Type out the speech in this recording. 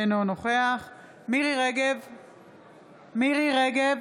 אינו נוכח מירי מרים רגב,